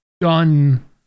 done